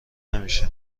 نمیشه